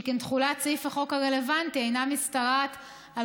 שכן תחולת סעיף החוק הרלוונטי אינה משתרעת על